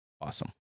awesome